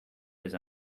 his